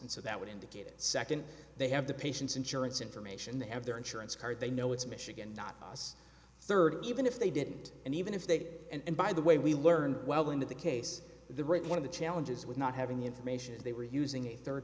and so that would indicate a second they have the patient's insurance information the ev their insurance card they know it's michigan not it's third even if they didn't and even if they did and by the way we learned well into the case the right one of the challenges with not having the information is they were using a third